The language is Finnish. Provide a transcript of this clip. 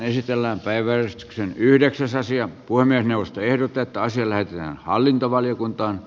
puhemiesneuvosto ehdottaa että asia lähetetään hallintovaliokuntaan